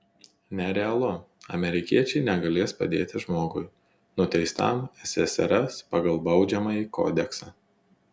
nerealu amerikiečiai negalės padėti žmogui nuteistam ssrs pagal baudžiamąjį kodeksą